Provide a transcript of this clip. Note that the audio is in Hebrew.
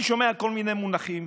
אני שומע כל מיני מונחים.